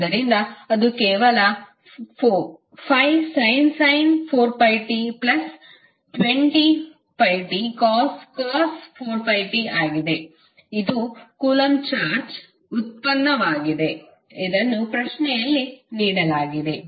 ಆದ್ದರಿಂದ ಅದು ಕೇವಲ5sin 4πt 20πtcos 4πt ಆಗಿದೆ ಇದು ಕೂಲಂಬ್ ಚಾರ್ಜ್ನ ವ್ಯುತ್ಪನ್ನವಾಗಿದೆ ಇದನ್ನು ಪ್ರಶ್ನೆಯಲ್ಲಿ ನೀಡಲಾಗಿದೆ